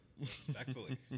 respectfully